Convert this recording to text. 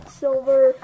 silver